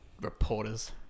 reporters